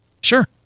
Sure